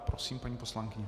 Prosím, paní poslankyně.